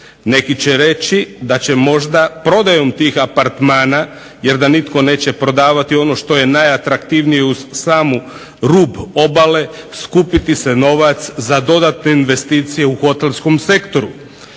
Neki će reći da će možda prodajom tih apartmana jer da nitko neće prodavati ono što je najatraktivnije uz sam rub obale, skupiti se novac za dodatne investicije u hotelskom sektoru.